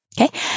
Okay